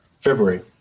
February